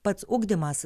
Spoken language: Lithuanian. pats ugdymas